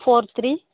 four three